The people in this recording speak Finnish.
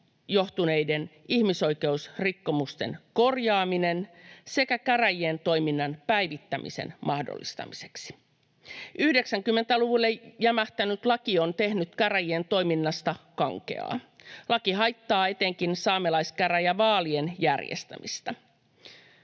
johtuneiden ihmisoikeusrikkomusten korjaamiseksi sekä käräjien toiminnan päivittämisen mahdollistamiseksi. 90-luvulle jämähtänyt laki on tehnyt käräjien toiminnasta kankeaa. Laki haittaa etenkin saamelaiskäräjävaalien järjestämistä.